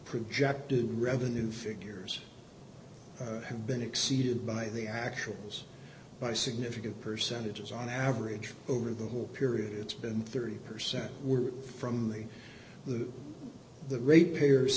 projected revenue figures have been exceeded by the actions by significant percentages on average over the whole period it's been thirty percent were from the the rate payers